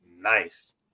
nice